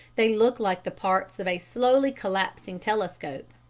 they look like the parts of a slowly collapsing telescope.